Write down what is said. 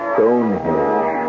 Stonehenge